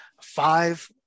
five